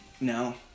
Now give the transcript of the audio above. No